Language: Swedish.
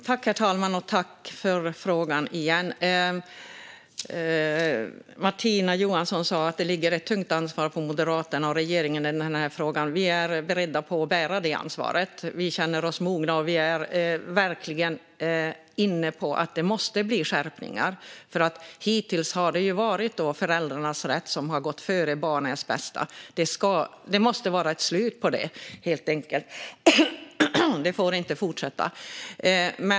Herr talman! Martina Johansson sa att det ligger ett tungt ansvar på Moderaterna och regeringen i denna fråga. Vi är beredda att axla detta ansvar, för vi känner oss mogna för det och är verkligen inne på att det måste bli skärpningar. Hittills har föräldrarnas rätt gått före barnets bästa. Det måste bli ett slut på det; det får inte fortsätta.